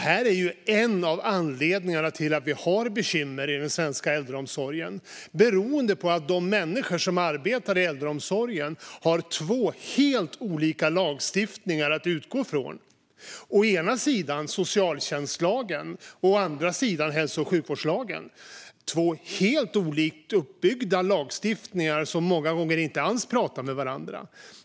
Här är en av anledningarna till att det finns bekymmer i den svenska äldreomsorgen. De beror på att de människor som arbetar i äldreomsorgen har två helt olika lagstiftningar att utgå från. Å ena sidan är det socialtjänstlagen, och å andra sidan är det hälso och sjukvårdslagen. Det är två helt olika lagstiftningar som många gånger inte alls pratar med varandra.